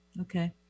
Okay